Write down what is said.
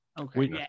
Okay